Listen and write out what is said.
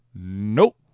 Nope